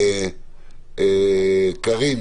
קארין,